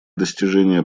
достижения